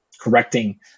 correcting